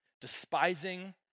despising